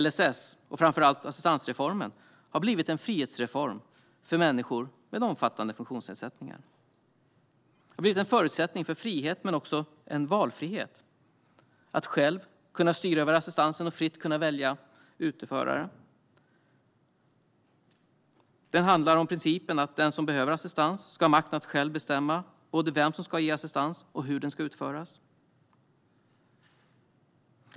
LSS, och framför allt assistansreformen, har blivit en frihetsreform för människor med omfattande funktionsnedsättningar. Den har blivit en förutsättning för frihet, men den har också inneburit en valfrihet. Det handlar om att själv kunna styra över assistansen och att fritt kunna välja utförare. Det handlar om principen att den som behöver assistans ska ha makt att själv bestämma både vem som ska ge assistans och hur den ska utföras.